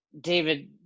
David